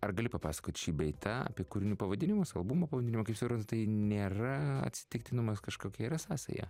ar gali papasakot šį bei tą apie kūrinių pavadinimus albumo pavadinimą kaip suprantu tai nėra atsitiktinumas kažkokia yra sąsaja